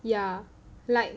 ya like